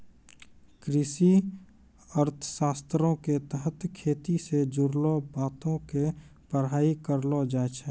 कृषि अर्थशास्त्रो के तहत खेती से जुड़लो बातो के पढ़ाई करलो जाय छै